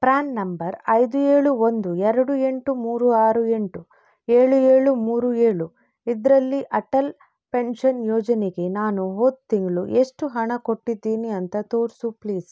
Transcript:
PRAN number ಐದು ಏಳು ಒಂದು ಎರಡು ಎಂಟು ಮೂರು ಆರು ಎಂಟು ಏಳು ಏಳು ಮೂರು ಏಳು ಇದರಲ್ಲಿ ಅಟಲ್ ಪೆನ್ಷನ್ ಯೋಜನೆಗೆ ನಾನು ಹೋದ ತಿಂಗಳು ಎಷ್ಟು ಹಣ ಕೊಟ್ಟಿದ್ದೀನಿ ಅಂತ ತೋರಿಸು ಪ್ಲೀಸ್